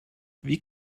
wie